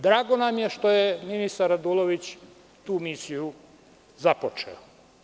Drago nam je što je ministar Radulović tu misiju započeo.